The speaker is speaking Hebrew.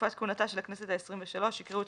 בתקופת כהונתה של הכנסת ה-23 יקראו את